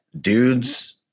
dudes